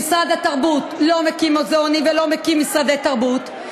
שם מוסדות תרבות מסודרים שמקבלים סיוע מהמדינה וממשרד התרבות.